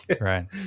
right